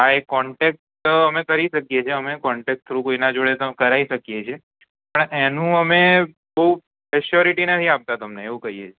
આ કૉન્ટેક્સ એ અમે કરી શકીએ છે કૉન્ટેક્સ કોઈના દ્વારા અમે કરી શકીએ છે પન એમનુ કોઈ તમને કોઈ અસ્યોરિટી નહીં આપતા